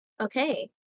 Okay